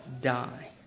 die